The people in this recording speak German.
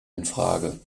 infrage